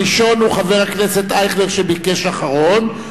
הראשון הוא חבר הכנסת אייכלר שביקש אחרון,